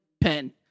pen